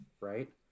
Right